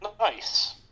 Nice